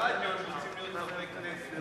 הבעיה מתחילה מאלה ברדיו שרוצים להיות חברי כנסת.